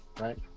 right